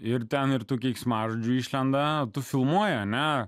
ir ten ir tų keiksmažodžių išlenda tu filmuoji ane